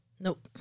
Nope